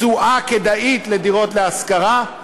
תשואה כדאית לדירות להשכרה.